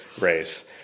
race